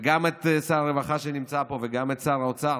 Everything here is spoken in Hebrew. וגם את שר הרווחה, שנמצא פה, וגם את שר האוצר,